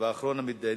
ואחרון המידיינים,